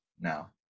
now